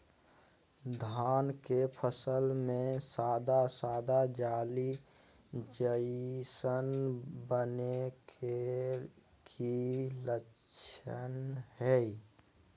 धान के फसल में सादा सादा जाली जईसन बने के कि लक्षण हय?